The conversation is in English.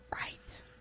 Right